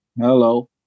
Hello